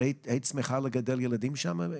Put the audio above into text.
היית שמחה לגדל שם ילדים?